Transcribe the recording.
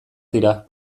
dira